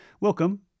welcome